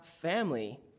family